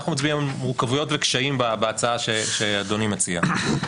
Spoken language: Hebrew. אנחנו מצביעים על מורכבויות וקשיים בהצעה שאדוני מציע.